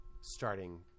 starting